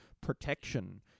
protection